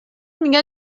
میگن